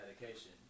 medication